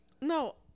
No